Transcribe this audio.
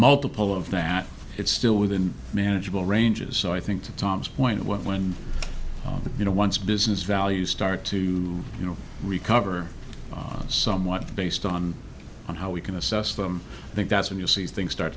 multiple of that it's still within manageable ranges so i think to tom's point when you know once business values start to you know recover somewhat based on how we can assess them i think that's when you see things start